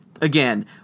again